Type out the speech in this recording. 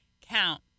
count